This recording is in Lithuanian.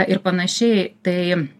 ir panašiai tai